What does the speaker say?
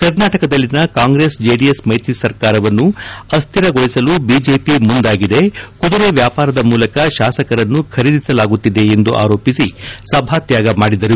ಕರ್ನಾಟಕದಲ್ಲಿನ Congress JDS ಮೈತ್ರಿ ಸರ್ಕಾರವನ್ನು ಅಕ್ಟಿರಗೊಳಿಸಲು ಬಿಜೆಪಿ ಮುಂದಾಗಿದೆ ಕುದುರೆ ವ್ಯಾಪಾರದ ಮೂಲಕ ಶಾಸಕರನ್ನು ಖರೀದಿಸಲಾಗುತ್ತಿದೆ ಎಂದು ಆರೋಪಿಸಿ ಸಭಾತ್ಯಾಗ ಮಾಡಿದರು